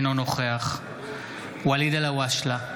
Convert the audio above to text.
אינו נוכח ואליד אלהואשלה,